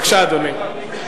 בבקשה, אדוני.